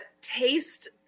taste